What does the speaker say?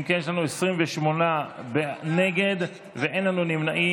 אם כן, יש לנו 28 נגד ואין לנו נמנעים.